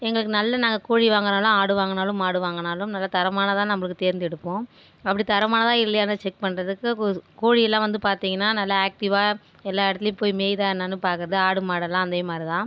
எங்களுக்கு நல்ல நாங்கள் கோழி வாங்கனாலும் ஆடு வாங்கனாலும் மாடு வாங்கனாலும் நல்ல தரமானதா நம்மளுக்கு தேர்ந்தெடுப்போம் அப்படி தரமானதாக இல்லையானு செக் பண்ணுறதுக்கு புஸ் கோழியல்லா வந்து பார்த்தீங்கனா நல்லா ஆக்டிவா எல்லா இடத்துலையும் போய் மேயுதா என்னெனு பார்க்கறது ஆடு மாடல்லாம் அதேமாரி தான்